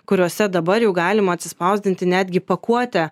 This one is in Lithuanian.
kuriuose dabar jau galima atsispausdinti netgi pakuotę